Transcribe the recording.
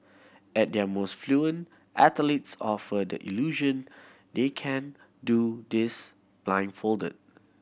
at their most fluent athletes offer the illusion they can do this blindfolded